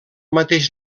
mateix